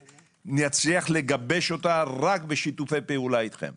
נצליח לגבש אותה רק בשיתופי פעולה אתכם.